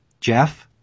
Jeff